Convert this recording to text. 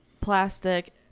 plastic